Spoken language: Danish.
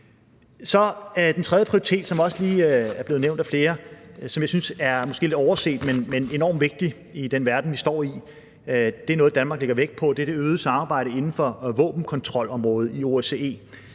Den tredje prioritet, som også lige er blevet nævnt af flere, og som jeg synes måske er lidt overset, men er enorm vigtig i den verden, vi står i, er noget, Danmark lægger vægt på, nemlig det øgede samarbejde inden for våbenkontrolområdet i OSCE.